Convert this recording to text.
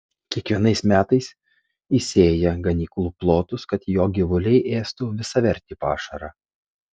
kiekvienais metais įsėja ganyklų plotus kad jo gyvuliai ėstų visavertį pašarą